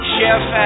Chef